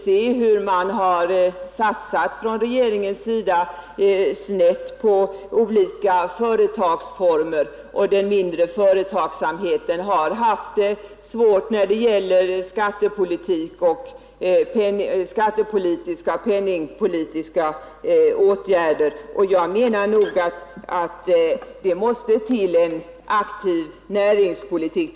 Regeringen har satsat snett på olika företagsformer. Den mindre företagsamheten har fått svårigheter genom avvägningen av skattepolitiska och penningpolitiska åtgärder. Jag menar att det måste till en aktiv näringspolitik.